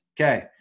Okay